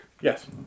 Yes